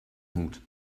mut